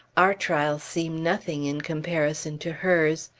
our trials seem nothing in comparison to hers.